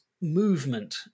movement